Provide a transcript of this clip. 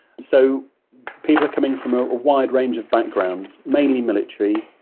so people are coming from a wide range of backgrounds, mainly military,